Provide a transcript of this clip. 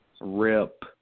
rip